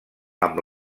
amb